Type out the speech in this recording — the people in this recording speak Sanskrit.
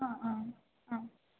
हा आम् आम्